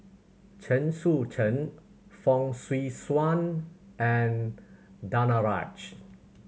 Chen Sucheng Fong Swee Suan and Danaraj